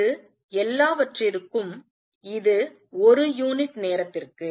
இது எல்லாவற்றிற்கும் இது ஒரு யூனிட் நேரத்திற்கு